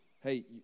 hey